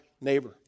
neighbor